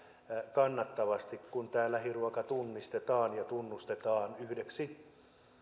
kannattavasti kun tämä lähiruoka tunnistetaan ja tunnustetaan yhdeksi